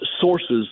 sources